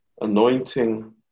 anointing